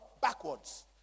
backwards